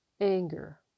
anger